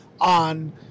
on